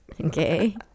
Okay